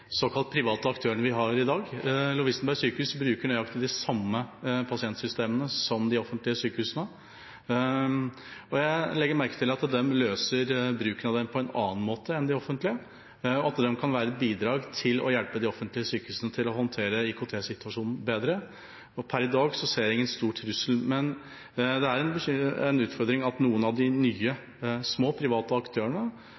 private aktørene vi har i dag. Lovisenberg sykehus bruker nøyaktig de samme pasientsystemene som de offentlige sykehusene, og jeg legger merke til at de løser bruken av dem på en annen måte enn de offentlige. De kan bidra og hjelpe de offentlige sykehusene med å håndtere IKT-situasjonen bedre. Per i dag ser jeg ingen stor trussel, men det er en utfordring at noen av de nye små, private aktørene